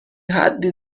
حدی